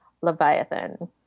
leviathan